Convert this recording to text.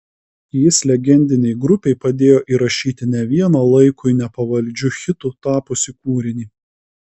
jis legendinei grupei padėjo įrašyti ne vieną laikui nepavaldžiu hitu tapusį kūrinį